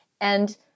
And-